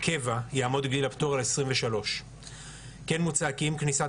קבע יעמוד גיל הפטור על 23. כן מוצע כי עם כניסת